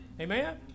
Amen